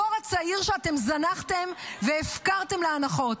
הדור הצעיר שאתם זנחתם והפקרתם לאנחות.